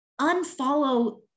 unfollow